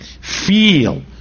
feel